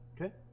okay